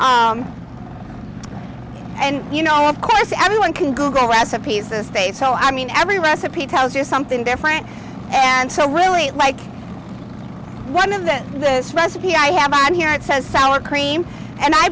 said and you know of course everyone can google recipes this day so i mean every recipe tells you something different and so really like one of them this recipe i have on here it says sour cream and i